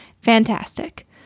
fantastic